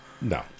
No